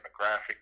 demographic